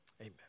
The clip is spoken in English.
Amen